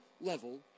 level